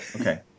Okay